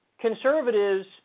conservatives